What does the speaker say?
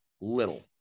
little